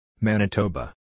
Manitoba